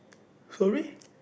sorry